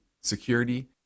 security